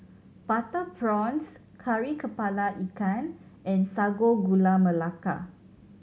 butter prawns Kari Kepala Ikan and Sago Gula Melaka